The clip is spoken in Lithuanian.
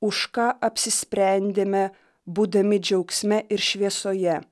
už ką apsisprendėme būdami džiaugsme ir šviesoje